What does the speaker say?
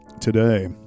today